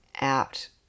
out